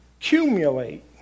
accumulate